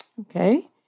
Okay